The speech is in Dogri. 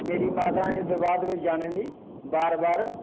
मेरी माता रानी दे दरबार दे बिच्च जाने दी बार बार